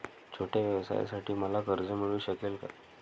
छोट्या व्यवसायासाठी मला कर्ज मिळू शकेल का?